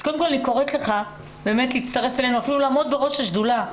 אז קודם כל אני קוראת לך להצטרף אלינו ואפילו לעמוד בראש השדולה.